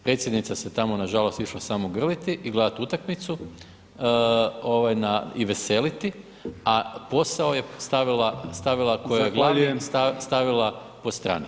Predsjednica se tamo nažalost išla samo grliti i gledati utakmicu, ovaj na i veseliti, a posao je stavila, koji joj je glavni [[Upadica: Zahvaljujem.]] stavila po strani.